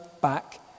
back